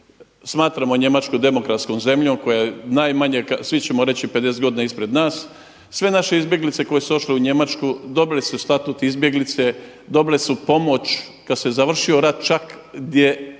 smatramo Njemačku demokratskom zemljom koja je najmanje, svi ćemo reći 50 godina ispred nas, sve naše izbjeglice koje su otišle u Njemačku dobile su statut izbjeglice, dobile su pomoć. Kada se završio rat čak negdje